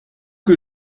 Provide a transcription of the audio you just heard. que